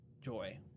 joy